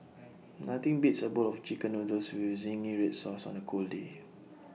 nothing beats A bowl of Chicken Noodles with Zingy Red Sauce on A cold day